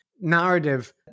narrative